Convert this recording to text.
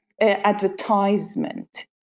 advertisement